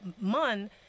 Mun